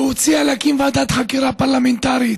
הוא הציע להקים ועדת חקירה פרלמנטרית.